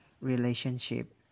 relationship